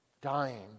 Dying